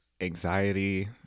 anxiety